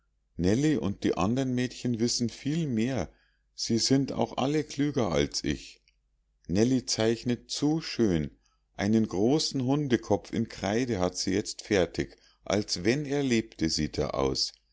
und die andern mädchen wissen viel mehr sie sind auch alle klüger als ich nellie zeichnet zu schön einen großen hundekopf in kreide hat sie jetzt fertig als wenn er lebte sieht er aus